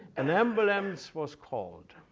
an ambulance was called.